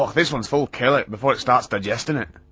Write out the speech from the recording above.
um this one's full, kill it, before it starts digestin' it!